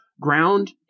ground